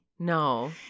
No